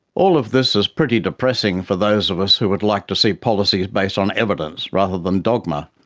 all of this is pretty depressing for those of us who would like to see policies based on evidence rather than dogma,